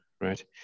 Right